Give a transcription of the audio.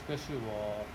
这个是我